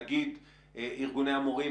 נגיד ארגוני המורים.